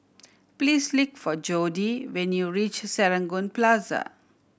please look for Jodie when you reach Serangoon Plaza